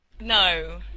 No